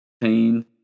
pain